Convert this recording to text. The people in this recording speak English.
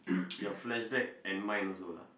your flashback and mine also lah